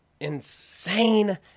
insane